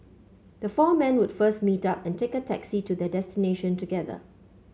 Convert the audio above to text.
the four men would first meet up and take a taxi to their destination together